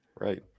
Right